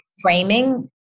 framing